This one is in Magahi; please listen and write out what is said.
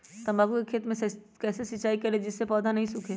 तम्बाकू के खेत मे कैसे सिंचाई करें जिस से पौधा नहीं सूखे?